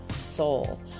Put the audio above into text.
soul